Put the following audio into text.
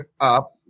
up